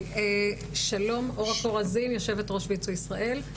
שלום, אורה כורזים, יו"ר ויצו ישראל.